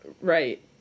Right